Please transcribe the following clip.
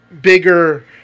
bigger